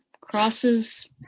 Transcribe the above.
crosses